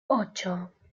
ocho